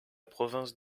province